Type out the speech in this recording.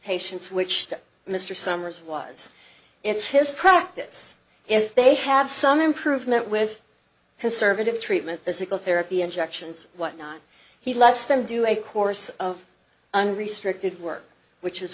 patients which mr summers was it's his practice if they have some improvement with conservative treatment physical therapy injections whatnot he lets them do a course of unrestricted work which is